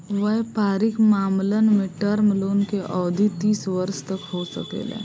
वयपारिक मामलन में टर्म लोन के अवधि तीस वर्ष तक हो सकेला